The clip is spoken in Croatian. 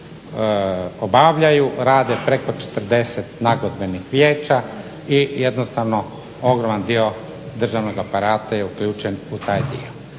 obavljaju, rade preko 40 nagodbenih vijeća i jednostavno ogroman dio državnog aparata je uključen u taj dio.